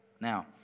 Now